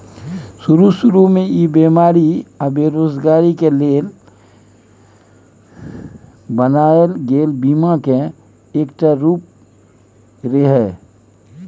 शरू शुरू में ई बेमारी आ बेरोजगारी के लेल बनायल गेल बीमा के एकटा रूप रिहे